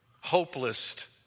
hopeless